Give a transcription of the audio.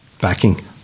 backing